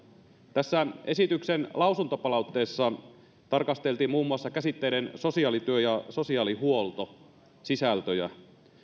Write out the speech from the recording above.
tässä esityksen lausuntopalautteessa tarkasteltiin muun muassa käsitteiden sosiaalityö ja sosiaalihuolto sisältöjä